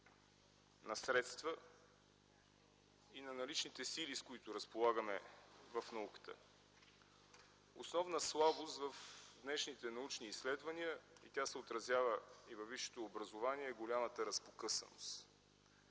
на средства и на наличните сили, с които разполагаме в науката. Основна слабост в днешните научни изследвания – тя се отразява и във висшето образование – е голямата разпокъсаност.